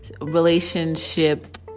relationship